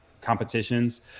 competitions